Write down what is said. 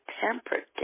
tempered